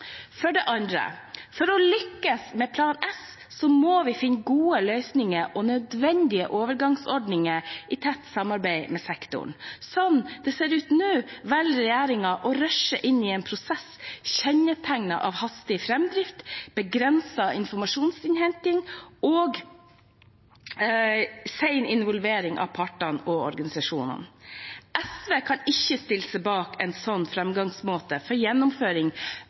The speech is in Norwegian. For det andre: For å lykkes med Plan S må vi finne gode løsninger og nødvendige overgangsordninger i tett samarbeid med sektoren. Sånn det ser ut nå, velger regjeringen å rushe inn i en prosess kjennetegnet av hastig framdrift, begrenset informasjonsinnhenting og sen involvering av partene og organisasjonene. SV kan ikke stille seg bak en sånn framgangsmåte for gjennomføring